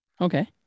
Okay